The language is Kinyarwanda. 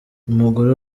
umugore